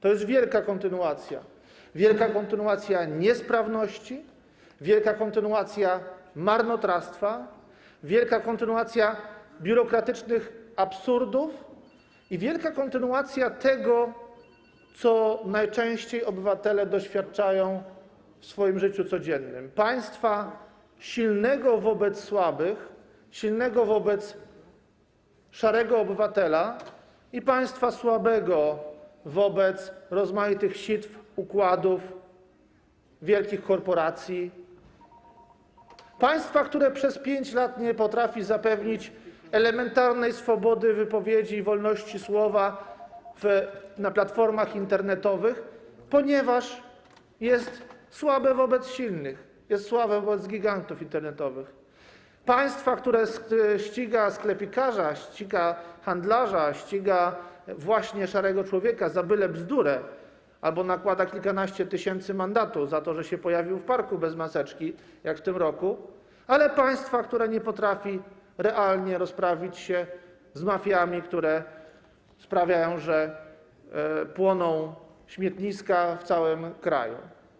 To jest wielka kontynuacja niesprawności, wielka kontynuacja marnotrawstwa, wielka kontynuacja biurokratycznych absurdów i wielka kontynuacja tego, co najczęściej obywatele doświadczają w swoim życiu codziennym: państwa silnego wobec słabych, silnego wobec szarego obywatela i państwa słabego wobec rozmaitych sitw, układów, wielkich korporacji, państwa, które przez 5 lat nie potrafi zapewnić elementarnej swobody wypowiedzi i wolności słowa na platformach internetowych, ponieważ jest słabe wobec silnych, jest słabe wobec gigantów internetowych, państwa, które ściga sklepikarza, ściga handlarza, ściga właśnie szarego człowieka za byle bzdurę albo nakłada kilkanaście tysięcy mandatu za to, że się pojawił w parku bez maseczki, jak w tym roku, ale państwa, które nie potrafi realnie rozprawić się z mafiami, które sprawiają, że płoną śmietniska w całym kraju.